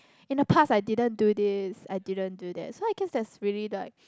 in the past I didn't do this I didn't do that so I guess that's really like